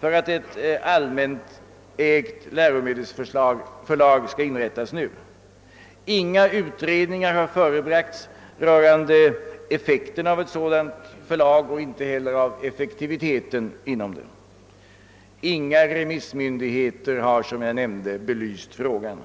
för att ett allmänägt läromedelsförlag skall inrättas nu, inga utredningar har förebragts rörande effekten av ett sådant förlag och inte heller om dess effektivitet, och inga remissinstanser har som nämnts belyst frågan.